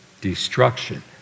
destruction